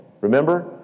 Remember